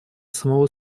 самого